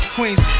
Queens